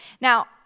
Now